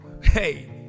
hey